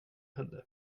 hände